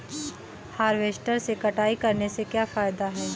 Harvester से कटाई करने से क्या फायदा है?